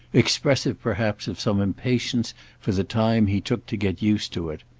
expressive perhaps of some impatience for the time he took to get used to it.